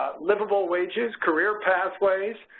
livable wages, career pathways,